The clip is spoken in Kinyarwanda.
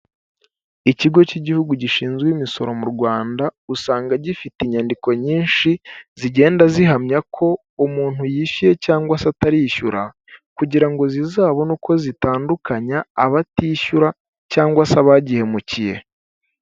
Ikigo cy'igihugu gishinzwe imisoro mu Rwanda, usanga gifite inyandiko nyinshi, zigenda zihamya ko umuntu yishyuye cyangwa se atarishyura kugira ngo zizabone uko zitandukanya abatishyura cyangwa se abagihemukiye.